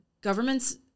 government's